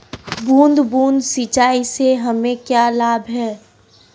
बूंद बूंद सिंचाई से हमें क्या लाभ है?